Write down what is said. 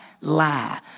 lie